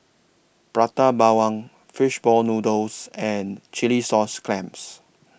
Prata Bawang Fish Ball Noodles and Chilli Sauce Clams